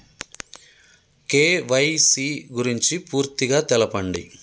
KYC గురించి పూర్తిగా తెలపండి?